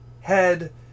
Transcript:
head